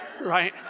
Right